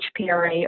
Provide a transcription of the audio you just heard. HPRA